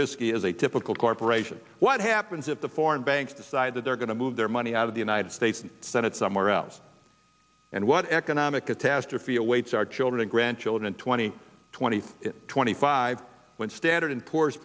risky as a typical corporation what happens if the foreign banks decide that they're going to move their money out of the united states senate somewhere else and what economic catastrophe awaits our children and grandchildren twenty twenty twenty five when standard and poor